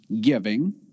giving